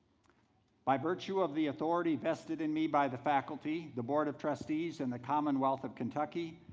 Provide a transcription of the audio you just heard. by virtue of the authority vested in me by the faculty, the board of trustees in the commonwealth of kentucky,